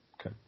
Okay